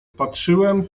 patrzyłem